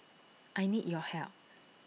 I need your help